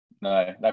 No